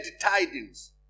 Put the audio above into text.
tidings